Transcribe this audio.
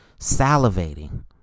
salivating